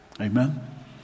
Amen